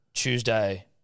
Tuesday